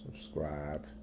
subscribe